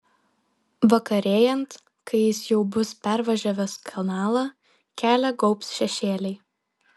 vakarėjant kai jis jau bus pervažiavęs kanalą kelią gaubs šešėliai